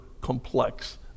complex